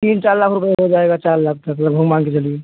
तीन चार लाख रुपये में हो जाएगा चार लाख तक लगभग मान के चलिए